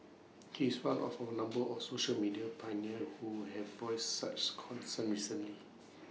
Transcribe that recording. he is one of A number of social media pioneers who have voiced such concerns recently